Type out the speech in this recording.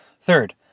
Third